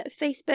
Facebook